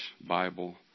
Bible